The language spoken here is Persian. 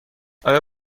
آیا